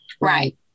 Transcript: right